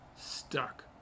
stuck